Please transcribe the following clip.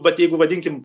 vat jeigu vadinkim